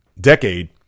Decade